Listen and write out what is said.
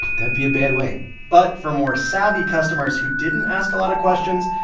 that'd be a bad way but for more savvy customers who didn't ask a lot of questions,